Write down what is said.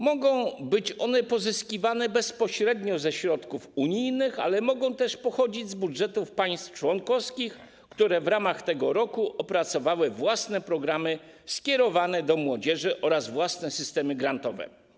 Mogą być one pozyskiwane bezpośrednio ze środków unijnych, ale mogą też pochodzić z budżetów państw członkowskich, które w ramach tego roku opracowały własne programy skierowane do młodzieży oraz własne systemy grantowe.